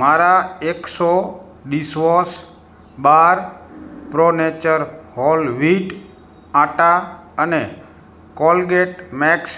મારા exo dishwash bar pro nature whole wheat atta અને Colgate max